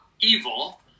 evil